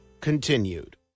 continued